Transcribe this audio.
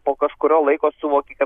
po kažkurio laiko suvoki kad